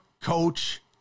coach